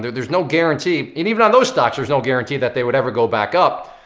there's no guarantee. and even on those stocks there's no guarantee that they would ever go back up.